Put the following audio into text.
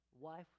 Wife